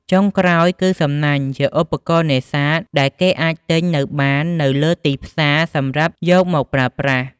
ចុងក្រោយគឺ សំណាញ់ជាឧបករណ៍នេសាទដែលគេអាចទិញនៅបាននៅលើទីផ្សារសម្រាប់យកមកប្រើប្រាស់។